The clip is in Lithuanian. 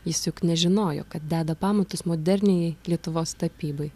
jis juk nežinojo kad deda pamatus moderniajai lietuvos tapybai